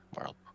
world